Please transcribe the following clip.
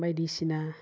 बायदिसिना